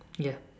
ya